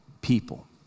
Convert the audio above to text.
people